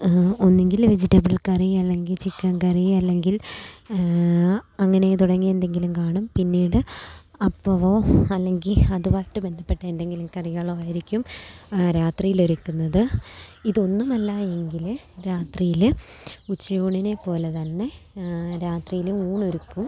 ഒന്നുങ്കിൽ വെജിറ്റബിൾ കറി അല്ലെങ്കിൽ ചിക്കൻ കറി അല്ലെങ്കിൽ അങ്ങനെ തുടങ്ങി എന്തെങ്കിലും കാണും പിന്നീട് അപ്പവോ അല്ലെങ്കിൽ അതുവായിട്ട് ബന്ധപ്പെട്ട എന്തെങ്കിലും കറികളോ ആയിരിക്കും രാത്രിയിൽ ഒരുക്കുന്നത് ഇതൊന്നുമല്ല എങ്കിൽ രാത്രിയിൽ ഉച്ചയൂണിനെ പോലെ തന്നെ രാത്രിയിൽ ഊണ് ഒരുക്കും